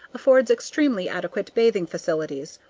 affords extremely adequate bathing facilities,